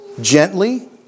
gently